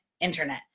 internet